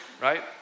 right